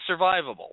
survivable